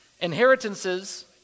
Inheritances